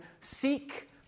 seek